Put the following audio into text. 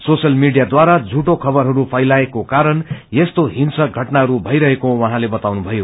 social मीड़ियाद्वारा झुठो खबरहरू फैलाईएको कारण यस्तो हिंसक षटनाहरू भईरहेको उहौँले क्ताउनुथयो